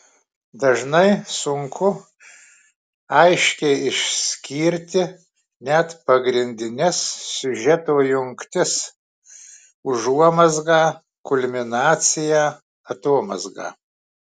dažnai sunku aiškiai išskirti net pagrindines siužeto jungtis užuomazgą kulminaciją atomazgą